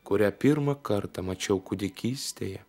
kurią pirmą kartą mačiau kūdikystėje